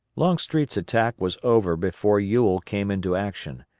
longstreet's attack was over before ewell came into action,